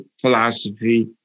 philosophy